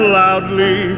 loudly